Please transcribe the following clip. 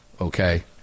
okay